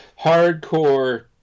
hardcore